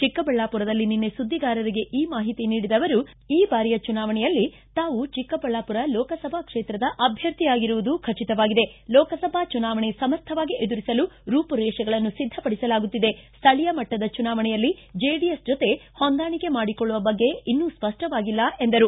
ಚಿಕ್ಕಬಳ್ಳಾಪುರದಲ್ಲಿ ನಿನ್ನೆ ಸುದ್ದಿಗಾರರಿಗೆ ಈ ಮಾಹಿತಿ ನೀಡಿದ ಅವರು ಈ ಬಾರಿಯ ಚುನಾವಣೆಯಲ್ಲಿ ತಾವು ಚಿಕ್ಕಬಳ್ಳಾಮರ ಲೋಕಸಭಾ ಕ್ಷೇತ್ರದ ಅಭ್ಯರ್ಥಿಯಾಗಿರುವುದು ಖಚಿತವಾಗಿದೆ ಲೋಕಸಭಾ ಚುನಾವಣೆ ಸಮರ್ಥವಾಗಿ ಎದುರಿಸಲು ರೂಪುರೇಷೆಗಳನ್ನು ಸಿದ್ದಪಡಿಸಲಾಗುತ್ತಿದೆ ಸ್ಥಳೀಯ ಮಟ್ಟದ ಚುನಾವಣೆಯಲ್ಲಿ ಚೆಡಿಎಸ್ ಜೊತೆ ಹೊಂದಾಣಿಕೆ ಮಾಡಿಕೊಳ್ಳುವ ಬಗ್ಗೆ ಇನ್ನೂ ಸ್ವಷ್ಟವಾಗಿಲ್ಲ ಎಂದರು